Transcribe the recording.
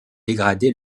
dégradé